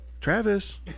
Travis